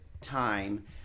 time